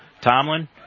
Tomlin